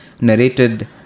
narrated